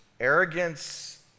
Arrogance